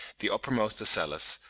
the uppermost ocellus,